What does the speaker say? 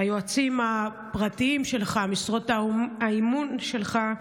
היועצים הפרטיים שלך, משרות האמון שלך,